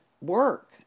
work